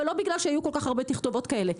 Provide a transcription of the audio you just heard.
ולא בגלל שהיו כל כך הרבה תכתובות כאלה,